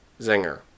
zinger